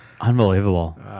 Unbelievable